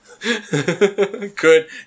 Good